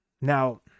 Now